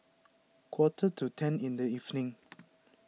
quarter to ten in the evening